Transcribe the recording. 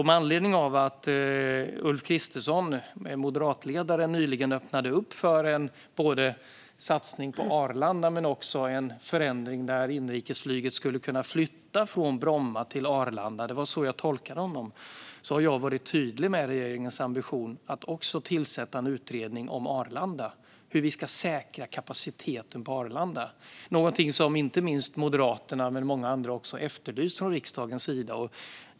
Med anledning av att moderatledaren Ulf Kristersson nyligen öppnade upp både för en satsning på Arlanda och för en förändring där inrikesflyget skulle kunna flytta från Bromma till Arlanda - det var så jag tolkade honom - har jag varit tydlig med regeringens ambition att tillsätta en utredning om Arlanda och om hur vi ska säkra kapaciteten där. Detta är någonting som både Moderaterna och många andra från riksdagens sida har efterlyst.